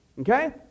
okay